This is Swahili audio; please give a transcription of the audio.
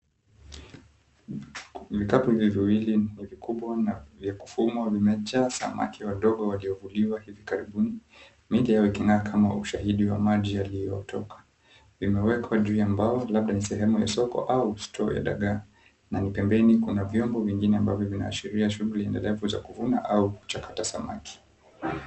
Vikapu viwili ni vikubwa na vya kufuma vimejaa samaki wadogo waliovuliwa hivi karibuni. Miji yawe king'aa kama ushahidi wa maji yaliyotoka. Vimewekwa juu ya mbao labda ni sehemu ya soko au (cs)store(cs) ya dagaa na ni pembeni kuna vyombo vingine ambavyo vinaashiria shughuli endelevu za kuvuna au kuchakata samaki.